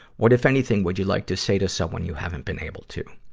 what, if anything, would you like to say to someone you haven't been able to,